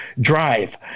drive